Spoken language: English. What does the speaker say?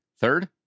third